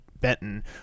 benton